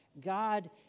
God